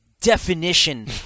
definition